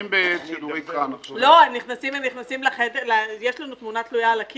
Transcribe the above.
בחוקים אחרים, יש פער בין מה שאנחנו רואים